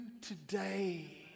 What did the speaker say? today